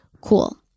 Cool